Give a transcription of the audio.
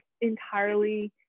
entirely